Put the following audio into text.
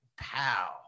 pow